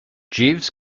jeeves